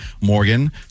Morgan